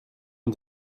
ont